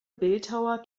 bildhauer